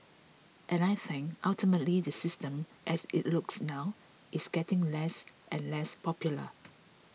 and I think ultimately the system as it looks now is getting less and less popular